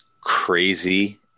crazy